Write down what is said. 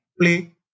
play